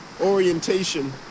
orientation